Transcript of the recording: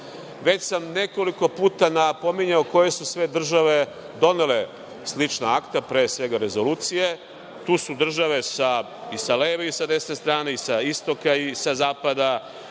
sam nekoliko puta napominjao koje su sve države donele slična akta, pre svega Rezolucije, tu su države i sa leve i sa desne strane, i sa istoka i sa zapada,